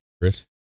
Chris